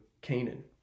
Canaan